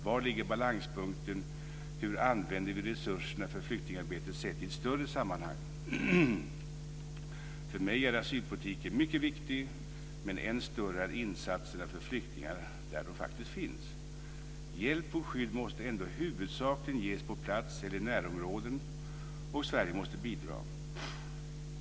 Var ligger balanspunkten? Hur använder vi resurserna för flyktingarbete sett i ett större sammanhang? För mig är asylpolitiken mycket viktig, men ännu viktigare är insatserna för flyktingar där de faktiskt finns. Hjälp och skydd måste ändå huvudsakligen ges på plats eller i närområdet, och Sverige måste bidra med stöd.